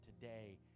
today